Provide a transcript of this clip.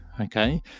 okay